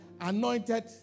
anointed